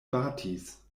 batis